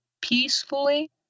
peacefully